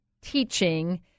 teaching